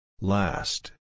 Last